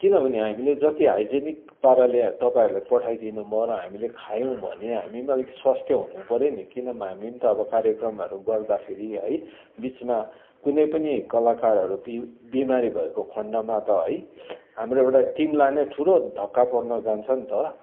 किनभने हामीले जति हाइजेनिक पाराले तपाईँहरूले पठाइदिनु भयो र हामीले खायौँ भने हामी अलिक स्वस्थ्य हुन पर्यो नि किनभने हामी त अब कार्यक्रम गर्दाखेरि है बिचमा कुनै पनि कलाकारहरू पि बिमारी भएको खन्डमा त है हाम्रो एउटा टिमलाई नै ठुलो धक्का पर्न जान्छ नि त